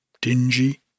dingy